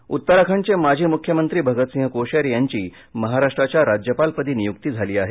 राज्यपाल उत्तराखंडचे माजी मुख्यमंत्री भगत सिंह कोश्यारी यांची महाराष्ट्राच्या राज्यपालपदी नियुक्ती झाली आहे